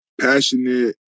Passionate